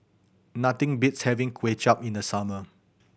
nothing beats having Kway Chap in the summer